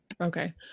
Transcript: Okay